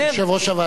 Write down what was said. יושב-ראש הוועדה,